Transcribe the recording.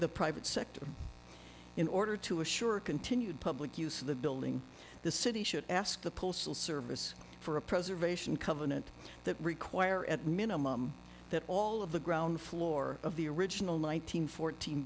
the private sector in order to assure continued public use of the building the city should ask the postal service for a preservation covenant that require at minimum that all of the ground floor of the original nine hundred fourteen